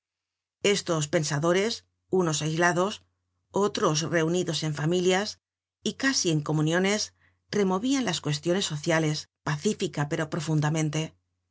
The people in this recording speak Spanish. estos pensadores unos aislados otros reunidos en familias y casi en comuniones removian las cuestiones sociales pacífica pero profundamente